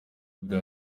umubiri